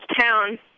town